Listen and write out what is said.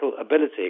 ability